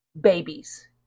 babies